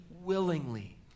willingly